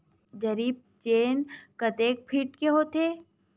जरीब चेन कतेक फीट के होथे?